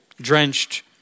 drenched